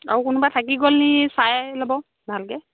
আৰু কোনোবাই থাকি গ'ল নেকি চাই ল'ব ভালকৈ